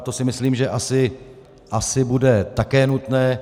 To si myslím, že asi bude také nutné.